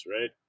right